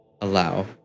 allow